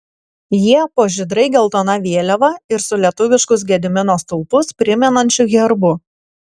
jie po žydrai geltona vėliava ir su lietuviškus gedimino stulpus primenančiu herbu